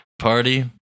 party